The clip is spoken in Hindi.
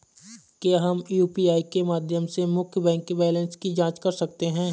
क्या हम यू.पी.आई के माध्यम से मुख्य बैंक बैलेंस की जाँच कर सकते हैं?